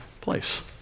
place